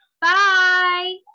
Bye